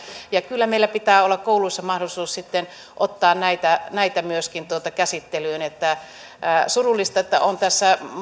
ja kyllä meillä pitää olla kouluissa mahdollisuus sitten ottaa näitä näitä myöskin käsittelyyn on surullista että on tässä